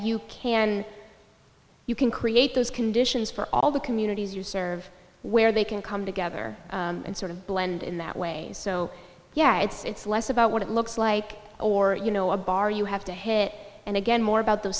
you can you can create those conditions for all the communities you serve where they can come together and sort of blend in that way so yeah it's less about what it looks like or you know a bar you have to hit and again more about the